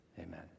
Amen